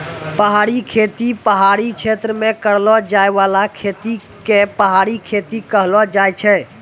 पहाड़ी खेती पहाड़ी क्षेत्र मे करलो जाय बाला खेती के पहाड़ी खेती कहलो जाय छै